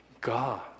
God